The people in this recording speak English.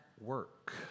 work